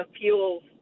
fuels